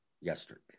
Yesterday